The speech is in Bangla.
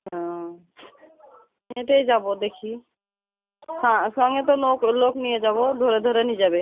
ও হেঁটেই যাবো দেখি হ্যাঁ সঙ্গে তো লোক লোক নিয়ে যাবো ধরে ধরে নিয়ে যাবে